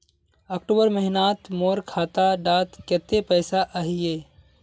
अक्टूबर महीनात मोर खाता डात कत्ते पैसा अहिये?